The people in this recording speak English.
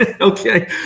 Okay